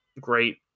great